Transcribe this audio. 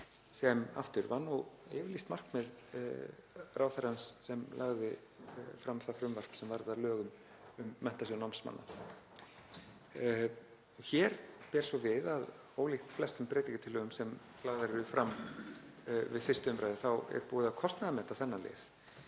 sem aftur var nú yfirlýst markmið ráðherrans sem lagði fram það frumvarp sem varð að lögum um Menntasjóð námsmanna. Hér ber svo við að ólíkt flestum breytingartillögum sem lagðar eru fram við 1. umræðu þá er búið að kostnaðarmeta þennan lið.